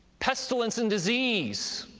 pestilence and disease,